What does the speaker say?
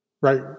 Right